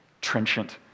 trenchant